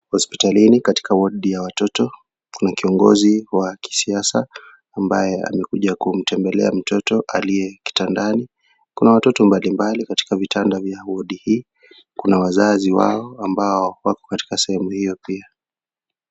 Hospitalini, katika wodi ya watoto. Kuna kiongozi wa kisiasa ambaye amekuja kumtembelea mtoto aliye kitandani. Kuna watoto mbalimbali katika vitanda vya wodi hii. Kuna wazazi wao ambao wako katika sehemu hiyo pia.